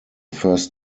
first